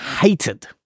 hated